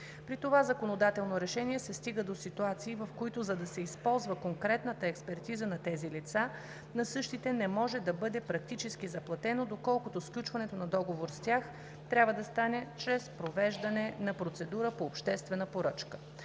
При това законодателно решение се стига до ситуации, в които, за да се използва конкретната експертиза на тези лица, на същите не може да бъде практически заплатено, доколкото сключването на договор с тях трябва да стане чрез провеждане на процедура по обществена поръчка.